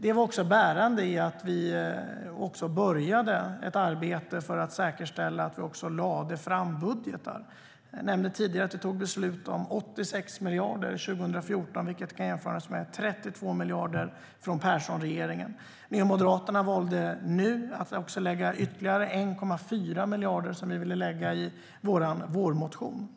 Det var också bärande i att vi började ett arbete för att säkerställa att vi lade fram budgetar. Jag nämnde tidigare att vi fattade beslut om 86 miljarder 2014, vilket kan jämföras med 32 miljarder från Perssonregeringen. Nya Moderaterna valde nu att också lägga ytterligare 1,4 miljarder i vår vårmotion.